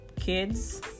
kids